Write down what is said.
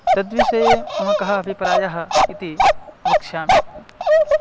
तद्विषये मम कः अभिप्रायः इति वक्ष्यामि